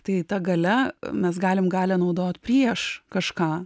tai ta galia mes galim galią naudot prieš kažką